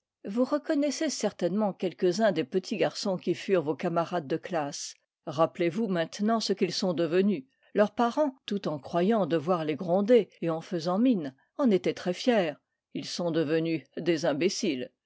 vous reconnaissez certainement quelques-uns des petits garçons qui furent vos camarades de classe rappelez-vous maintenant ce qu'ils sont devenus leurs parents tout en croyant devoir les gronder et en faisant mine en étaient très fiers ils sont devenus des imbéciles